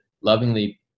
lovingly